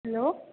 hello